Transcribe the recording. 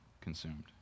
consumed